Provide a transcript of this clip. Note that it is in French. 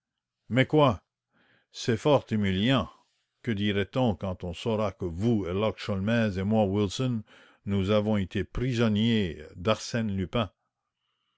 mais quoi c'est fort humiliant que dira-t-on quand on saura que vous herlock sholmès et moi wilson nous avons été prisonniers d'arsène lupin